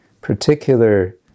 particular